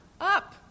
up